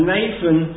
Nathan